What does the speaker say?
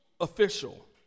official